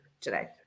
today